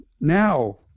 now